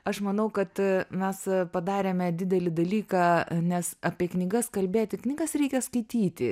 aš manau kad mes padarėme didelį dalyką nes apie knygas kalbėti knygas reikia skaityti